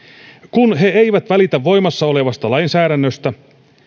kun he eivät välitä voimassa olevasta lainsäädännöstä